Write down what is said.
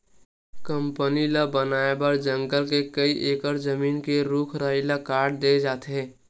company ल बनाए बर जंगल के कइ एकड़ जमीन के रूख राई ल काट दे जाथे